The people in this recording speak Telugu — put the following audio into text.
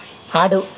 ఆడు